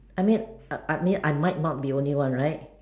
I mean I mean I might not be the only one right